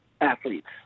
athletes